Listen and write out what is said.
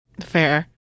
Fair